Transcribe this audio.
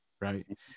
right